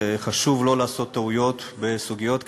וחשוב לא לעשות טעויות בסוגיות כאלה,